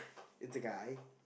it's a guy